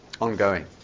Ongoing